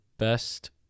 Best